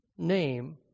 Name